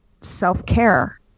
self-care